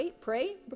pray